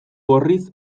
gorriz